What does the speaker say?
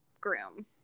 groom